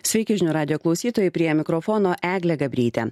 sveiki žinių radijo klausytojai prie mikrofono eglė gabrytė